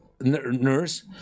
nurse